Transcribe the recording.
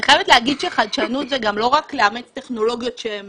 אני חייבת להגיד שחדשנות זה לא רק לאמץ טכנולוגיות שהן